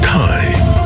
time